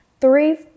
three